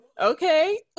okay